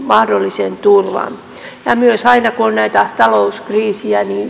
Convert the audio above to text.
mahdollisen turvan myös aina kun on näitä talouskriisejä niin